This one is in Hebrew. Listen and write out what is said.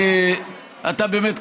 באמת,